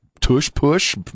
tush-push